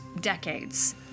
decades